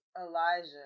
Elijah